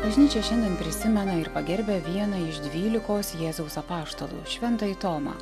bažnyčia šiandien prisimena ir pagerbia vieną iš dvylikos jėzaus apaštalų šventąjį tomą